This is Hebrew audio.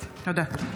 ההצבעה תהיה שמית.